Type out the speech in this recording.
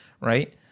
right